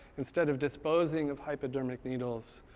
instead of disposing of hypodermic needles,